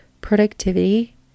productivity